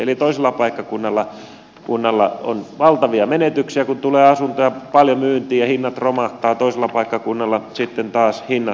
eli toisella paikkakunnalla on valtavia menetyksiä kun tulee asuntoja paljon myyntiin ja hinnat romahtavat toisella paikkakunnalla sitten taas hinnat nousevat